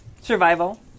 Survival